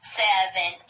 seven